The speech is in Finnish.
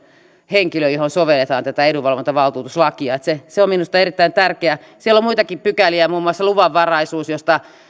henkilö johon sovelletaan tätä edunvalvontavaltuutuslakia se se on minusta erittäin tärkeää siellä on muitakin pykäliä muun muassa luvanvaraisuus joista